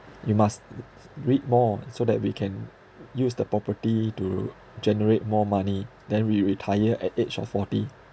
you must read more so that we can use the property to generate more money then we retire at age of forty